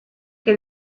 que